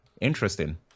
Interesting